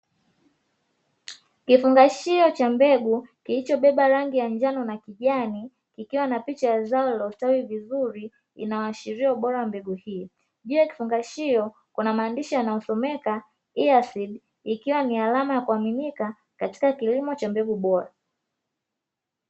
Kifungashio cha mbegu, kilichobeba rangi ya njano na kijani, kikiwa na picha ya zao lililostawi vizuri, inaashiria ubora wa mbegu hiyo. Juu ya kifungashio kuna maandishi yanayosomeka Hiasidi, ikiwa ni alama ya kuaminika katika kilimo cha mbegu bora.